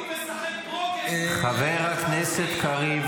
כי הוא מדבר --- חבר הכנסת קריב,